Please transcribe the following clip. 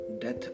Death